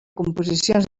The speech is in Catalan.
composicions